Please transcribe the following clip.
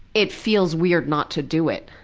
it feels weird not to do it.